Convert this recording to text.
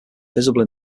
visible